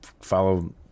follow